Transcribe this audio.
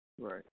Right